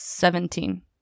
Seventeen